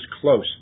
close